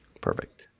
Perfect